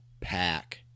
pack